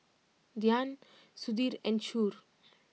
Dhyan Sudhir and Choor